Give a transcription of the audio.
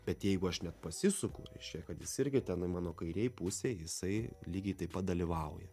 bet jeigu aš net pasisuku reiškia kad jis irgi tenai mano kairėj pusėj jisai lygiai taip pat dalyvauja